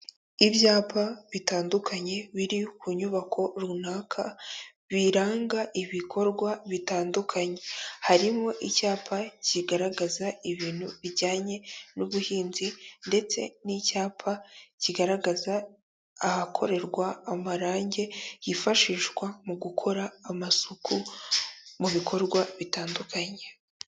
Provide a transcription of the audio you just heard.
Ibyapa bitandukanye biri ku nyubako runaka, biranga ibikorwa bitandukanye, harimo icyapa kigaragaza ibintu bijyanye n'ubuhinzi ndetse n'icyapa kigaragaza ahakorerwa amarangi yifashishwa mu gukora amasuku, mu bikorwa bitandukanye.